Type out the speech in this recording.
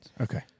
Okay